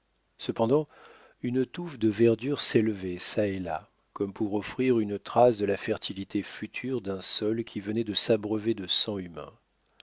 cependant une touffe de verdure s'élevait ça et là comme pour offrir une trace de la fertilité future d'un sol qui venait de s'abreuver de sang humain